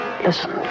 Listen